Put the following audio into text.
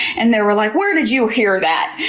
and they were like, where did you hear that?